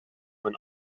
mein